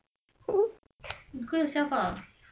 Google yourself ah